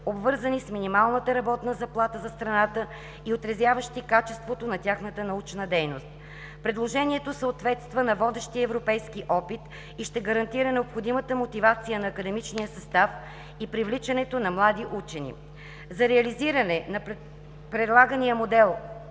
обвързани с минималната работна заплата за страната и отразяващи качеството на тяхната научна дейност. Предложението съответства на водещия европейски опит и ще гарантира необходимата мотивация на академичния състав и привличането на млади учени. За реализиране на предлагания модел